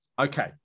Okay